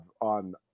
on